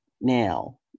Now